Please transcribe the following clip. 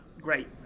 great